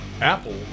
Apple